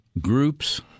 groups